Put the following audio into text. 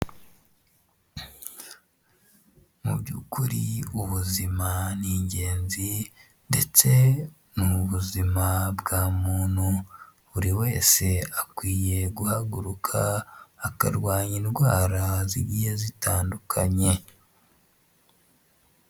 Mu by'ukuri ubuzima ni ingenzi ndetse ni ubuzima bwa muntu, buri wese akwiye guhaguruka akarwanya indwara zigiye zitandukanye.